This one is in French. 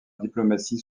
diplomatie